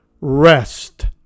Rest